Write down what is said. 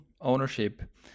ownership